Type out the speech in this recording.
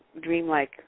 dreamlike